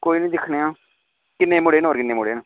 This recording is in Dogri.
कोई नी दिक्खने आं किन्ने मुड़े न होर किन्ने मुड़े न